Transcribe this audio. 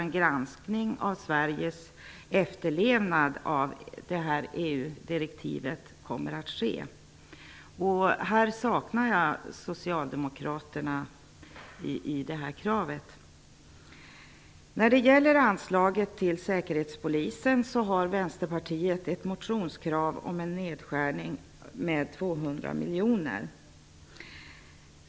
En granskning av Sveriges efterlevnad av EU-direktivet kommer alltså att ske. Jag saknar socialdemokraterna i fråga om detta krav. Vänsterpartiet har ett motionskrav om en nedskärning av anslaget till säpo med 200 miljoner.